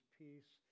peace